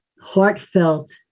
heartfelt